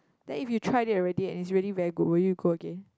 then if you tried it already and it's really very good would you go again